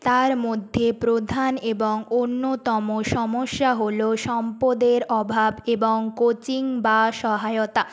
তার মধ্যে প্রধান এবং অন্যতম সমস্যা হলো সম্পদের অভাব এবং কোচিং বা সহায়তা